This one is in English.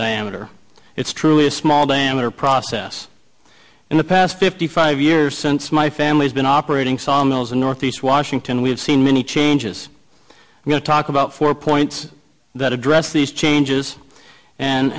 diameter it's truly a small diameter process in the past fifty five years since my family's been operating sawmills in northeast washington we have seen many changes going to talk about four points that address these changes and